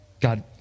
God